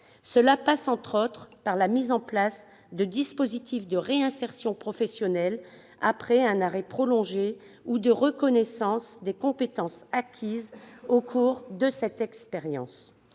Cela passe, entre autres, par la mise en place de dispositifs de réinsertion professionnelle après un arrêt prolongé ou de reconnaissance des compétences acquises au cours de cette expérience.